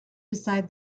beside